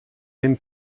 den